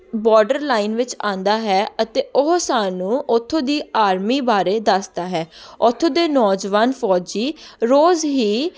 border line ਵਿੱਚ ਆਉਂਦਾ ਹੈ ਅਤੇ ਉਹ ਸਾਨੂੰ ਓਥੋਂ ਦੀ ਆਰਮੀ ਬਾਰੇ ਦੱਸਦਾ ਹੈ ਉੱਥੋਂ ਦੇ ਨੌਜਵਾਨ ਫੌਜੀ ਰੋਜ਼ ਹੀ